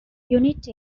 unit